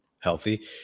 healthy